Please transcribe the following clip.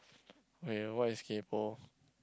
okay what is kaypoh